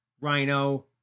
Rhino